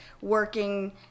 working